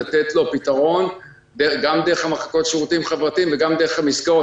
לתת לו פתרון גם דרך המחלקות לשירותים חברתיים וגם דרך המסגרות.